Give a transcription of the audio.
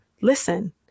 Listen